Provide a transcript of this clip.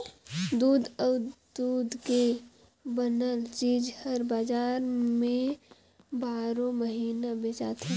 दूद अउ दूद के बनल चीज हर बजार में बारो महिना बेचाथे